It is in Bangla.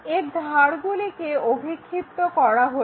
এর ধারগুলিকে অভিক্ষিপ্ত করা হলো